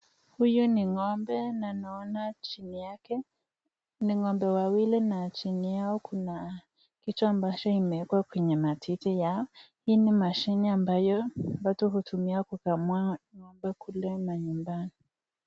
Ng'ombe wawili na chini yao kuna kitu ambacho imewekwa kwenye matiti yao na ile machine ambayo watu hutumia kukamua Ng'ombe kule manyumbani.